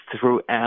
throughout